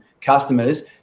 customers